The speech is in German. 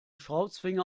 schraubzwinge